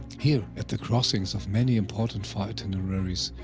here, at the crossings of many important far itineraries,